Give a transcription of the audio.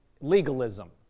legalism